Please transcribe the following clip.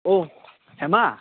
অঁ হেমা